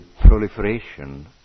proliferation